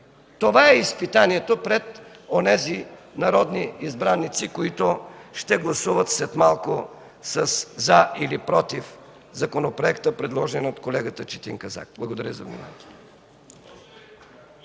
Това е изпитанието пред онези народни избраници, които ще гласуват след малко със „за” или „против” законопроекта, предложен от колегата Четин Казак. Благодаря за вниманието.